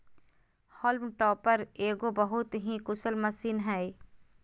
haulm topper एगो बहुत ही कुशल मशीन हइ